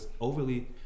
overly